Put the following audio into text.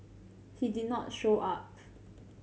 he did not show up